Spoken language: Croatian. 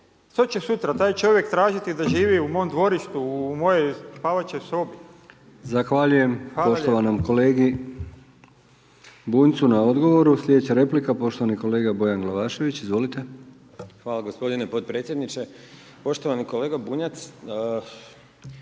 što će sutra taj čovjek tražiti da živi u mom dvorištu, u mojoj spavaćoj sobi. **Brkić, Milijan (HDZ)** Zahvaljujem poštovanom kolegi Bunjcu na odgovoru. Slijedeća replika, poštovani kolega Bojan Glavašević, izvolite. **Glavašević, Bojan (Nezavisni)** Hvala gospodine podpredsjedniče. Poštovani kolega Bunjac,